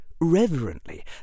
reverently